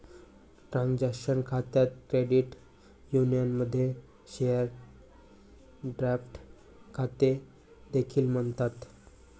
transaction खात्यास credit युनियनमध्ये share draft खाते देखील म्हणतात